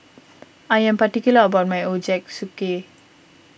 I am particular about my Ochazuke